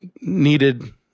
needed